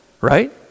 right